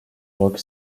rock